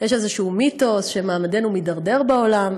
יש איזה מיתוס שמעמדנו מידרדר בעולם.